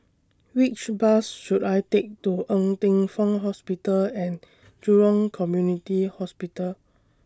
Which Bus should I Take to Ng Teng Fong Hospital and Jurong Community Hospital